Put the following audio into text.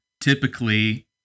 typically